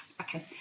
Okay